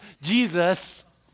Jesus